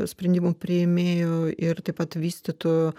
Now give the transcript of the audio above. sprendimų priėmėjo ir taip pat vystytojo